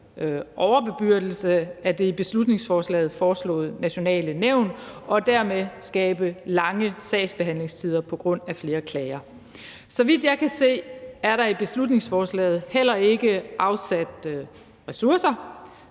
overbebyrdelse af det i beslutningsforslaget foreslåede nationale nævn, og dermed kan det skabe lange sagsbehandlingstider på grund af flere klager. Så vidt jeg kan se, er der i beslutningsforslaget heller ikke afsat ressourcer